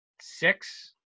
six